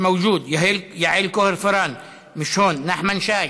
מיש מווג'וד, יעל כהן-פארן, מיש הון, נחמן שי,